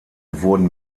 wurden